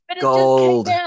gold